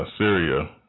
Syria